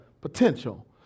potential